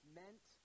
meant